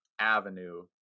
avenue